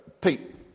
Pete